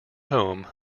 home